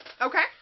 Okay